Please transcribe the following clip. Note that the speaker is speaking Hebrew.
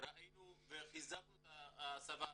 חיזקנו את ההסבה